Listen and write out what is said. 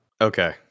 Okay